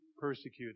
persecuted